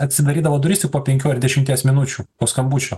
atsidarydavo duris tik po penkių ar dešimties minučių po skambučio